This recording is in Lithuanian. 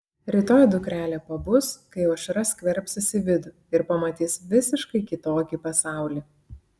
rytoj dukrelė pabus kai aušra skverbsis į vidų ir pamatys visiškai kitokį pasaulį